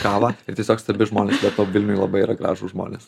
kavą ir tiesiog stebi žmones vilniuj labai yra gražūs žmonės